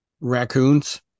Raccoons